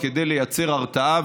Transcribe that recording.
וכדי לייצר הרתעה,